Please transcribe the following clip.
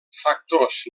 factors